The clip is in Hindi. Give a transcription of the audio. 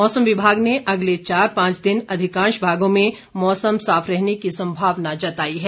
मौसम विभाग ने अगले चार पांच दिन अधिकांश भागों में मौसम साफ रहने की सम्भावना जताई है